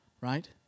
right